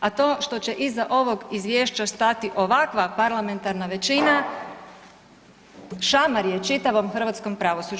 A to što će iza ovog izvješća stati ovakva parlamentarna većina šamar je čitavom hrvatskom pravosuđu.